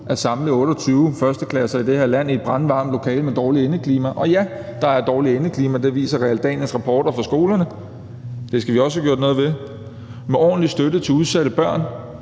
at samle 28 1.-klasseelever i et brandvarmt lokale med dårligt indeklima. Ja, der er dårligt indeklima. Det viser Realdanias rapporter fra skolerne. Det skal vi også have gjort noget ved. Vi skal have ordentlig støtte til udsatte børn.